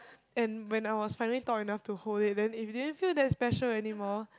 and when I was finally tall enough to hold it then if you didn't feel that special anymore